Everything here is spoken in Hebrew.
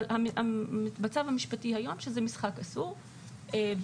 אבל המצב המשפטי היום שזה משחק אסור וכן,